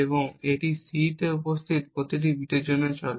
এবং এটি সি তে উপস্থিত প্রতিটি বিটের জন্য চলে